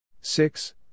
Six